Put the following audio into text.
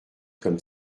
comme